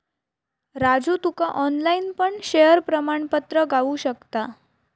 राजू तुका ऑनलाईन पण शेयर प्रमाणपत्र गावु शकता